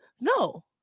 No